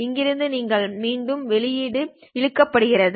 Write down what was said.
இங்கிருந்து நீங்கள் மீண்டும் வெளியீடு இழுக்கிறீர்கள்